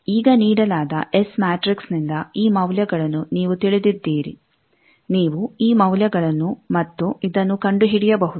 ಈಗ ನೀಡಲಾದ ಎಸ್ ಮ್ಯಾಟ್ರಿಕ್ಸ್ನಿಂದ ಈ ಮೌಲ್ಯಗಳನ್ನು ನೀವು ತಿಳಿದಿದ್ದೀರಿ ನೀವು ಈ ಮೌಲ್ಯಗಳನ್ನು ಮತ್ತು ಇದನ್ನು ಕಂಡುಹಿಡಿಯಬಹುದು